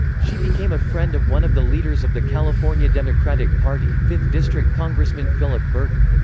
she became a friend of one of the leaders of the california democratic party, fifth district congressman phillip burton.